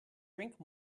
drink